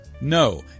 No